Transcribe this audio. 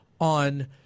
on